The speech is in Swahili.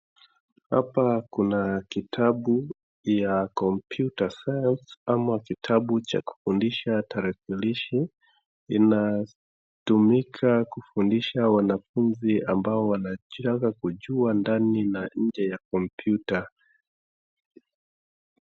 Hapa kuna kitabu ya computer science ama kitabu cha kufunza tarakilishi. Inatumika kufundisha wanafunzi ambao wanataka kujua ndani na nje ya kompyuta.